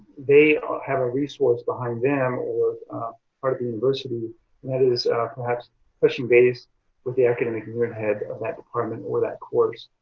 they have a resource behind them or um or the university and that is perhaps question-based with the academic and year ahead of that department or that course.